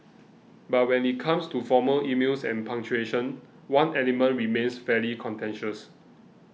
but when it comes to formal emails and punctuation one element remains fairly contentious